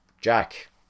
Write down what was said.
Jack